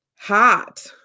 hot